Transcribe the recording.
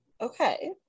Okay